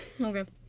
Okay